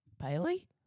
Bailey